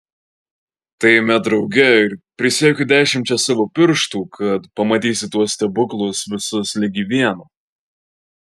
tai eime drauge ir prisiekiu dešimčia savo pirštų kad pamatysi tuos stebuklus visus ligi vieno